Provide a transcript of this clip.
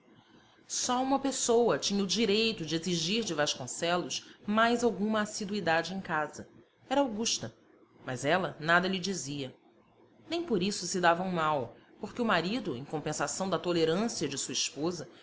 só uma pessoa tinha o direito de exigir de vasconcelos mais alguma assiduidade em casa era augusta mas ela nada lhe dizia nem por isso se davam mal porque o marido em compensação da tolerância de sua esposa